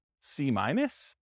C-minus